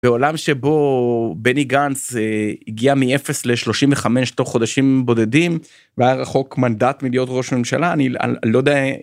בעולם שבו בני גנץ הגיע מ 0 ל 35 תוך חודשים בודדים, והיה רחוק מנדט מלהיות ראש ממשלה אני לא יודע.